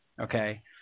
Okay